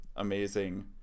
amazing